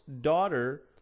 daughter